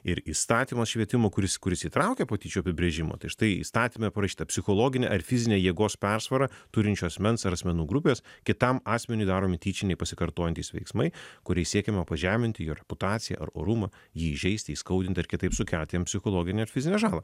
ir įstatymas švietimo kuris kuris įtraukia patyčių apibrėžimą tai štai įstatyme parašyta psichologinę ar fizinę jėgos persvarą turinčio asmens ar asmenų grupės kitam asmeniui daromi tyčiniai pasikartojantys veiksmai kuriais siekiama pažeminti jo reputaciją ar orumą jį įžeisti įskaudinti ar kitaip sukelti jam psichologinę ar fizinę žalą